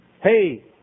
Hey